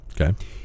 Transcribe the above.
okay